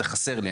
זה חסר לי,